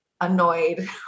annoyed